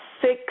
six